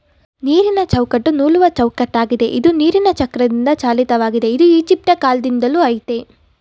ನೀರಿನಚೌಕಟ್ಟು ನೂಲುವಚೌಕಟ್ಟಾಗಿದೆ ಇದು ನೀರಿನಚಕ್ರದಿಂದಚಾಲಿತವಾಗಿದೆ ಇದು ಈಜಿಪ್ಟಕಾಲ್ದಿಂದಲೂ ಆಯ್ತೇ